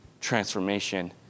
transformation